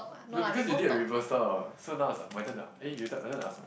no because you did a reversal so now it's like my turn ah then you turn to ask my